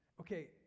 okay